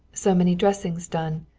so many dressings done.